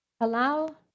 Allow